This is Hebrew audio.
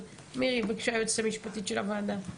אבל, מירי, בבקשה, היועצת המשפטית של הוועדה.